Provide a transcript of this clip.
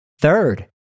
Third